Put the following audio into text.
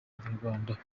abanyarwanda